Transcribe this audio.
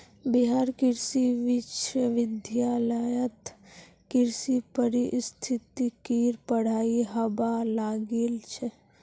बिहार कृषि विश्वविद्यालयत कृषि पारिस्थितिकीर पढ़ाई हबा लागिल छ